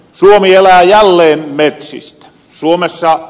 no vielä hiljalleen etsii suomessa